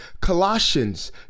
Colossians